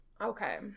Okay